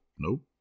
Nope